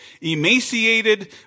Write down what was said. emaciated